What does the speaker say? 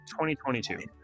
2022